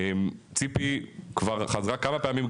ציפי כבר חזרה כמה פעמים,